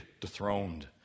dethroned